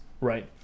right